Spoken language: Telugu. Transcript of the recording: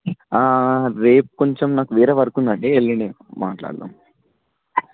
రేపు కొంచెం నాకు వేరే వర్క్ ఉంది అండి ఎల్లుండి మాట్లాడదాం